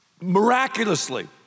Miraculously